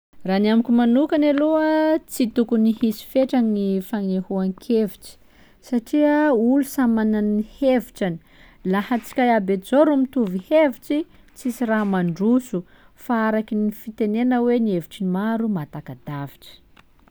Raha ny amiko manokany aloha, tsy tokony hisy fetrany gny fanehoan-kevitsy satria olo samy manana ny hevitrany, laha tsika iaby zao rô mitovy hevitsy, tsisy raha mandroso fa araky gny fitenena hoe ny hevitry ny maro mahataka-davitry.